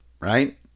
Right